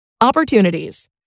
Opportunities